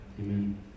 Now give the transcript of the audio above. Amen